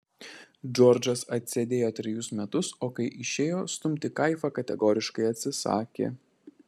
džordžas atsėdėjo trejus metus o kai išėjo stumti kaifą kategoriškai atsisakė